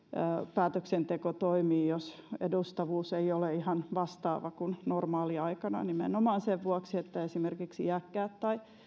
päätöksenteko toimii jos edustavuus ei ole ihan vastaava kuin normaaliaikana nimenomaan sen vuoksi että esimerkiksi iäkkäät tai